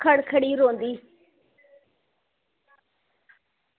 खरखरी रौहंदी